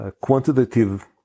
quantitative